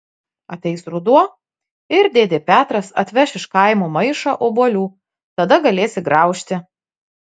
ateis ruduo ir dėdė petras atveš iš kaimo maišą obuolių tada galėsi graužti